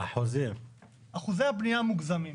אחוזי הבנייה המוגזמים.